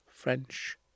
french